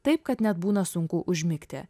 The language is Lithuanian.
taip kad net būna sunku užmigti